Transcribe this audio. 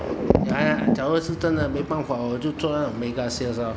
假如是真的没办法我就做那种 mega sales lor